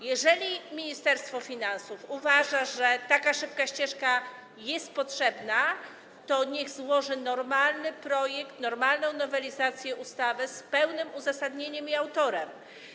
Jeżeli Ministerstwo Finansów uważa, że taka szybka ścieżka jest potrzebna, to niech złoży normalny projekt nowelizacji ustawy, z pełnym uzasadnieniem i autorem.